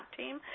team